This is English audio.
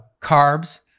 carbs